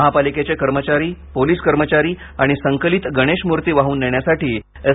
महापालिकेचे कर्मचारी पोलिस कर्मचारी आणि संकलीत गणेश मुर्ती वाह्न नेण्यासाठी एस